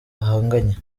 bahanganye